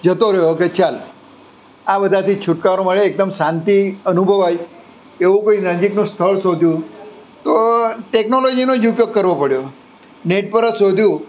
જતો રહ્યો કે ચાલ આ બધાથી છુટકારો મળે એકદમ શાંતિ અનુભવાય એવું કંઇ નજીકનું સ્થળ શોધ્યું તો ટેકનોલોજીનો જ ઉપયોગ કરવો પડ્યો નેટ પર જ શોધ્યું